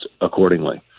accordingly